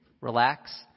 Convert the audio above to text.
Relax